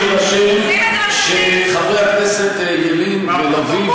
אני מבקש שיירשם שחברי הכנסת ילין ולביא,